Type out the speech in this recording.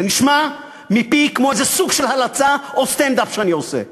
זה נשמע מפי כמו איזה סוג של הלצה או סטנד-אפ שאני עושה,